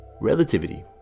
Relativity